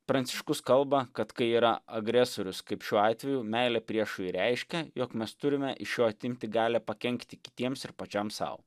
pranciškus kalba kad kai yra agresorius kaip šiuo atveju meilė priešui reiškia jog mes turime iš jo atimti galią pakenkti kitiems ir pačiam sau